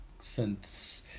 synths